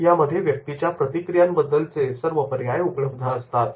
यामध्ये व्यक्तीच्या प्रतिक्रियाबद्दलचे पर्याय उपलब्ध असतात